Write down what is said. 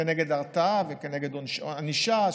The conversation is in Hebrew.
כנגד הרתעה וכנגד ענישה,